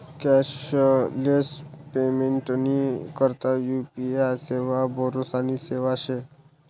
cashless पेमेंटनी करता UPI सेवा भरोसानी सेवा शे